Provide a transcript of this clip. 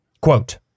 Quote